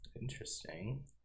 Interesting